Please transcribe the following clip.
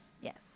Yes